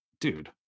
dude